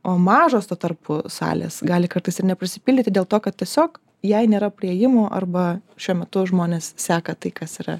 o mažos tuo tarpu salės gali kartais ir neprisipildyti dėl to kad tiesiog jai nėra priėjimo arba šiuo metu žmonės seka tai kas yra